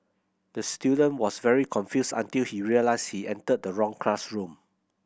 the student was very confused until he realised he entered the wrong classroom